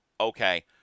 Okay